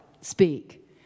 speak